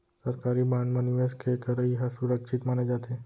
सरकारी बांड म निवेस के करई ह सुरक्छित माने जाथे